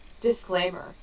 Disclaimer